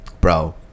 Bro